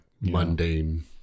mundane